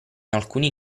alcuni